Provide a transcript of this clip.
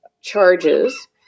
charges